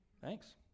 Thanks